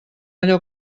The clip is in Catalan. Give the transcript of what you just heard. allò